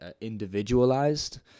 individualized